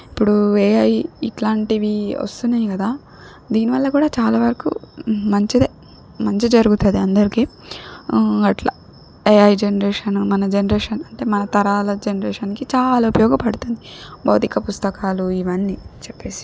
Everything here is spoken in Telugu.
ఇప్పుడు ఏఐ ఇట్లాంటివి వస్తునాయి కదా దీనివల్ల కూడా చాలా వరకు మంచిదే మంచి జరుగుతుంది అందరికీ అట్లా ఏఐ జనరేషను మన జనరేషన్ అంటే మన తరాల జనరేషన్కి చాలా ఉపయోగపడుతుంది భౌతిక పుస్తకాలు ఇవన్నీ చెప్పేసి